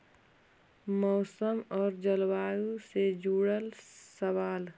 मौसम और जलवायु से जुड़ल सवाल?